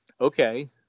okay